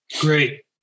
Great